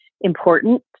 important